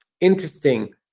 interesting